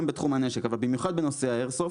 גם בתחום הנשק אבל במיוחד בנושאי האיירסופט,